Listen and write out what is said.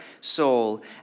soul